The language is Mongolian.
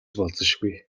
болзошгүй